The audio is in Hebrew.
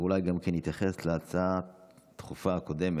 ואולי גם כן יתייחס להצעה הדחופה הקודמת,